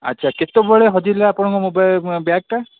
ଆଚ୍ଛା କେତେବେଳେ ହଜିଲା ଆପଣଙ୍କ ବ୍ୟାଗଟା